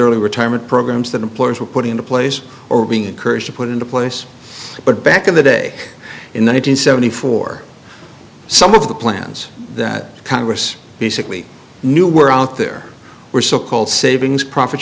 early retirement programs that employers were put into place or being encouraged to put into place but back in the day in one hundred seventy four some of the plans that congress basically knew were out there were so called savings profit